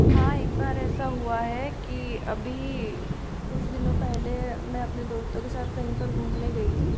हाँ एक बार ऐसा हुआ है की अभी कुछ दिनों पहले मैं अपने दोस्तों के साथ कहीं पर घूमने गई थी